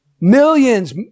Millions